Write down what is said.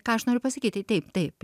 ką aš noriu pasakyt tai taip taip